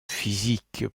physique